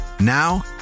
Now